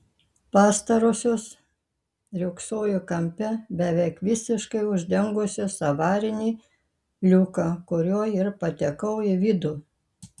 pastarosios riogsojo kampe beveik visiškai uždengusios avarinį liuką kuriuo ir patekau į vidų